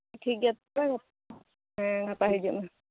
ᱴᱷᱤᱠ ᱜᱮᱭᱟ ᱛᱟᱦᱞᱮ ᱦᱮᱸ ᱜᱟᱯᱟ ᱦᱤᱡᱩᱜ ᱢᱮ